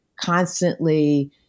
constantly